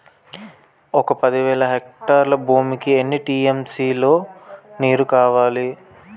ఒక పది వేల హెక్టార్ల భూమికి ఎన్ని టీ.ఎం.సీ లో నీరు కావాలి?